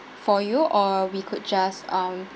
for you or we could just um